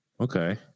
Okay